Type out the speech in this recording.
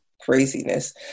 craziness